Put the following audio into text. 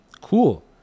Cool